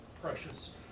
precious